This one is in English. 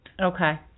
Okay